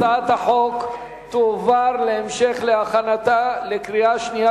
הצעת החוק תועבר להמשך הכנתה לקריאה שנייה